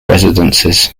residences